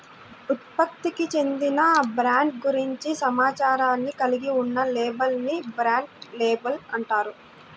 ఉత్పత్తికి చెందిన బ్రాండ్ గురించి సమాచారాన్ని కలిగి ఉన్న లేబుల్ ని బ్రాండ్ లేబుల్ అంటారు